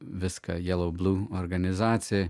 viską jie jelau blu organizacijai